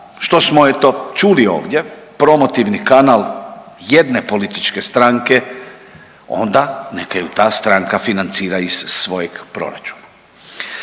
smo eto čuli ovdje promotivni kanal jedne političke stranke onda neka ju ta stranka financira iz svojeg proračuna.